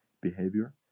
behavior